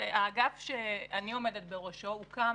האגף שאני עומדת בראשו הוקם